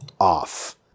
off